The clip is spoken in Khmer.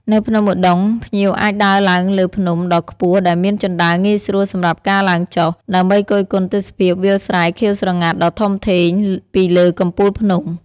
នៅភ្នំឧដុង្គ ភ្ញៀវអាចដើរឡើងលើភ្នំដ៏ខ្ពស់ដែលមានជណ្ដើរងាយស្រួលសម្រាប់ការឡើងចុះ ដើម្បីគយគន់ទេសភាពវាលស្រែខៀវស្រងាត់ដ៏ធំធេងពីលើកំពូលភ្នំ។